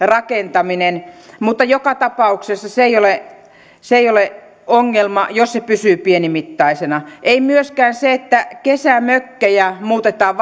rakentaminen on joka tapauksessa se ei ole ongelma jos se pysyy pienimittaisena ei myöskään se että kesämökkejä muutetaan